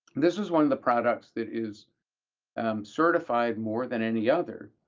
this is one of the products that is certified more than any other.